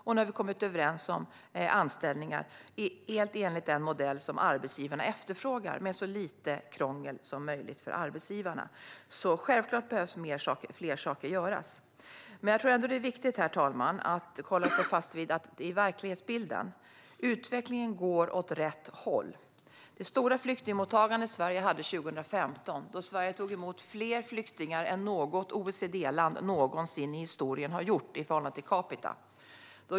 Nu har vi kommit överens om anställningar helt enligt den modell som arbetsgivarna efterfrågar, som ska innebära så lite krångel som möjligt för dem. Självklart behöver fler saker göras. Men det är ändå viktigt, herr talman, att hålla fast vid verkligheten. Utvecklingen går åt rätt håll. Vid det stora flyktingmottagande som Sverige hade 2015 tog vi emot fler flyktingar än något annat OECD-land någonsin i historien har gjort i förhållande till capita.